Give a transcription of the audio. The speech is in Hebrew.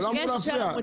זה מסומן.